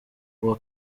uwa